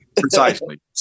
Precisely